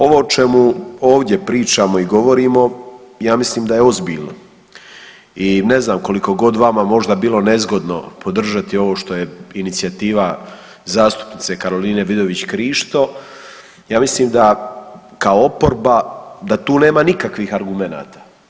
Ovo o čemu ovdje pričamo i govorimo ja mislim da je ozbiljno i ne znam koliko god vama bilo možda nezgodno podržati ovo što je inicijativa zastupnice Karoline Vidović Krišto ja mislim da kao oporba da tu nema nikakvih argumenata.